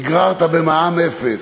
נגררת במע"מ אפס.